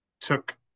took